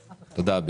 תודה.